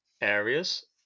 areas